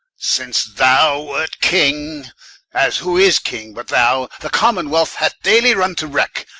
since thou wert king as who is king, but thou? the common-wealth hath dayly run to wrack,